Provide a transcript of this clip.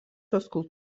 atstovai